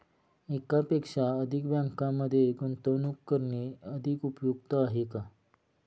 एकापेक्षा अधिक बँकांमध्ये गुंतवणूक करणे अधिक उपयुक्त आहे का?